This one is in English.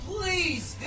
please